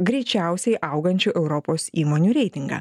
greičiausiai augančių europos įmonių reitingą